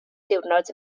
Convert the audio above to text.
diwrnod